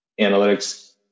analytics